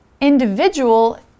Individual